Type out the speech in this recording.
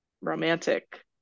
romantic